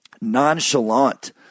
nonchalant